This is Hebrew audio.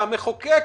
שהמחוקק